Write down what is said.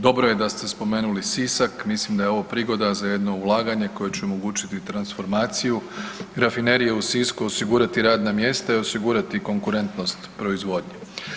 Dobro je da ste spomenuli Sisak, mislim da je ovo prigoda za jedno ulaganje koje će omogućiti transformaciju rafinerije u Sisku, osigurati radna mjesta i osigurati konkurentnost proizvodnje.